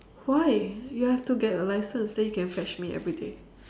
why you have to get a license then you can fetch me everyday